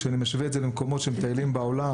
כשאני משווה את זה למקומות בהם מטיילים בעולם,